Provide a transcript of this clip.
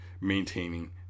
maintaining